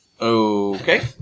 Okay